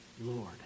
Lord